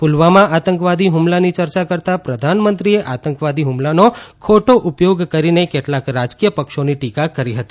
પુલવામા આતંકવાદી હૂમલાની ચર્ચા કરતાં પ્રધાનમંત્રીએ આતંકવાદી હ્રમલાનો ખોટો ઉપયોગ કરીને કેટલાક રાજકીય પક્ષોની ટીકા કરી હતી